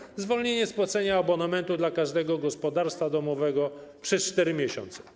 Chodzi o zwolnienie z płacenia abonamentu dla każdego gospodarstwa domowego przez 4 miesiące.